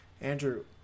Andrew